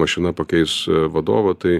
mašina pakeis vadovą tai